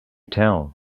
tell